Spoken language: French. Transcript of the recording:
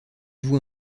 vous